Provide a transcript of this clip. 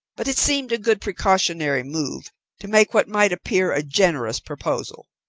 but it seemed a good precautionary move to make what might appear a generous proposal,